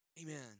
Amen